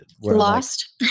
lost